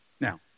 Now